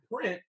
print